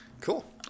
Cool